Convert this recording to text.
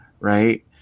Right